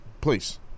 Please